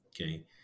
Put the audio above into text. okay